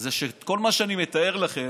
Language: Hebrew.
זה שאת כל מה שאני מתאר לכם,